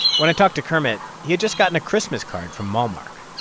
when i talked to kermit, he had just gotten a christmas card from malmark.